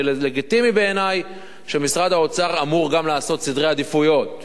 ולגיטימי בעיני שמשרד האוצר אמור גם לעשות סדרי עדיפויות,